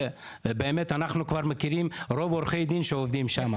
אנחנו כבר מכירים את רוב עורכי הדין שעובדים שם.